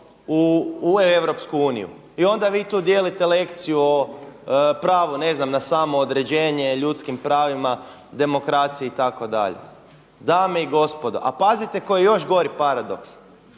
u EU. I onda vi tu dijelite lekciju o ne znam pravu ne znam na samoodređenje, ljudskim pravima, demokraciji itd. Dame i gospodo, a pazite koje je još gori paradoks